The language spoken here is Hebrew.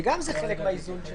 שגם זה חלק מהאיזון של